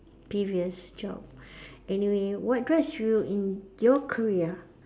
previous job anyway what drives you in your career